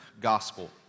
Gospel